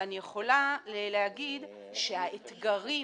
ואני יכולה להגיד שהאתגרים